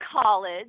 college